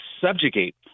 subjugate